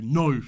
no